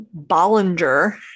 Bollinger